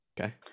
Okay